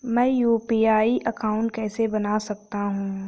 मैं UPI account कैसे बना सकता हूं?